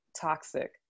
toxic